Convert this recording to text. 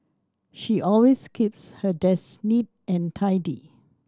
she always keeps her desk neat and tidy